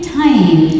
time